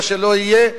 מה שלא יהיה,